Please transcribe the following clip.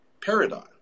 paradigm